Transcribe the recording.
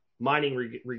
Mining